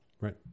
right